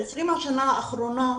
ב-20 השנה האחרונות,